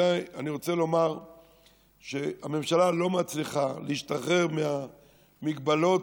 אני רוצה לומר שהממשלה לא מצליחה להשתחרר מהמגבלות